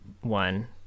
one